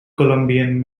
columbian